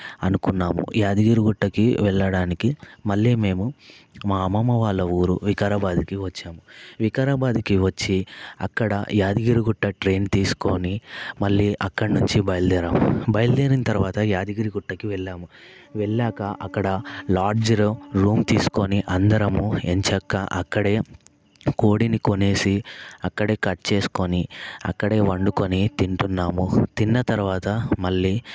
అనుకున్నాము యాదగిరిగుట్టకి వెళ్ళడానికి మళ్ళీ మేము మా అమ్మమ్మ వాళ్ళ ఊరు వికారాబాద్కి వచ్చాము వికారాబాద్కి వచ్చి అక్కడ యాదగిరిగుట్ట ట్రైన్ తీసుకొని మళ్ళీ అక్కడి నుంచి బయలుదేరాము బయలుదేరిన తర్వాత యాదగిరిగుట్టకి వెళ్ళాము వెళ్ళాక అక్కడ లాడ్జిలో రూమ్ తీసుకొని అందరము ఎంచక్కా అక్కడే కోడిని కొనేసి అక్కడే కట్ చేసుకొని అక్కడే వండుకొని తింటున్నాము తిన్న తర్వాత మళ్ళీ